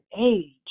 age